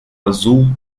azul